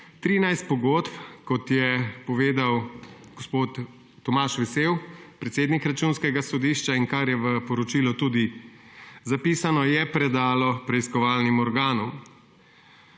13 pogodb, kot je povedal gospod Tomaž Vesel, predsednik Računskega sodišča, in kar je v poročilu tudi zapisano, je predalo preiskovalnim organom.